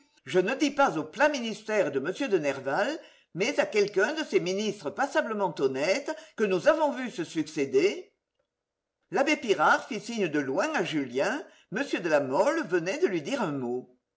je ne dis pas au plat ministère de m de nerval mais à quelqu'un de ces ministres passablement honnêtes que nous avons vus se succéder l'abbé pirard fit signe de loin à julien m de la mole venait de lui dire un mot